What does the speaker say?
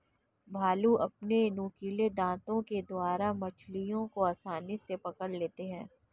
भालू अपने नुकीले दातों के द्वारा मछलियों को आसानी से पकड़ लेता है